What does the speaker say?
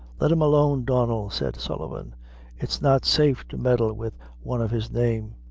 let him alone, donnel, said sullivan it's not safe to meddle with one of his name.